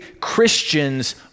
Christians